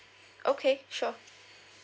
okay sure